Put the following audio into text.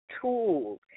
tools